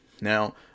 Now